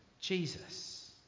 Jesus